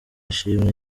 ishimwe